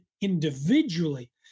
individually